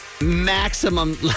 Maximum